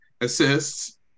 assists